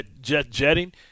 jetting